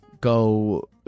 go